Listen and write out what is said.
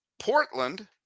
Portland